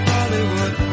Hollywood